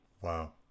Wow